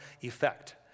Effect